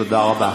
תודה רבה.